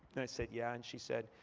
i said, yeah. and she said,